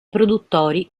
produttori